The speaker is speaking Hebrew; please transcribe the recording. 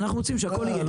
אנחנו רוצים שהכול יהיה.